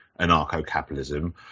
anarcho-capitalism